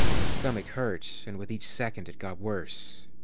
his stomach hurt, and with each second, it got worse.